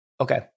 Okay